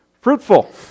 fruitful